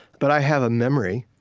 but i have a memory,